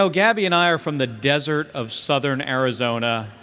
so gabby and i are from the desert of southern arizona,